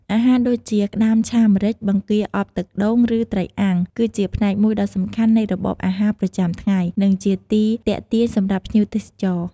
អាហារដូចជា ក្ដាមឆាម្រេច បង្គាអប់ទឹកដូង ឬ ត្រីអាំង គឺជាផ្នែកមួយដ៏សំខាន់នៃរបបអាហារប្រចាំថ្ងៃ និងជាទីទាក់ទាញសម្រាប់ភ្ញៀវទេសចរ។